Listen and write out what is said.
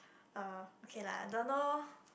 uh okay lah don't know